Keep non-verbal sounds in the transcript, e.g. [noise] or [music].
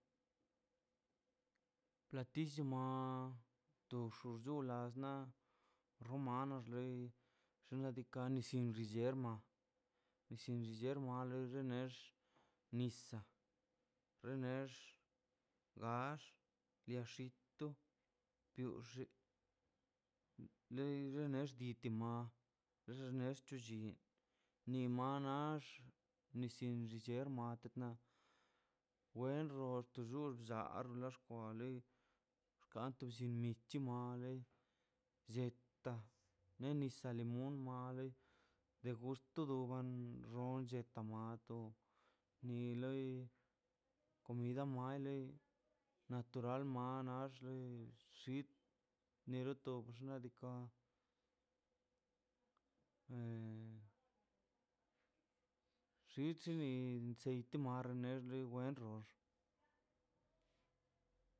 Platillo ma xuxu llolasma rumana xlei xna' diika' nis yej nis yerman nis yerma nale nisa' renex gax liaxito pioxet le ne xioto mal xneto llin ni manax nis yen ni yermax matetna wen ro te llul chal lete xoa loi xkwanto michi mal lei lleta' len nisa lemon male de gusto mal xon lle tamal to ni loi comida mailoi [noise] natural manax xit nero to xna' diika' [noise] e xichini setini ma wexonx [noise]